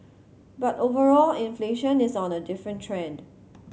but overall inflation is on a different trend